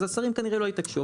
אז השרים כנראה לא יתעקשו.